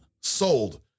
sold